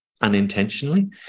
unintentionally